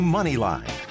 Moneyline